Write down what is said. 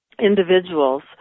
individuals